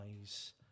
eyes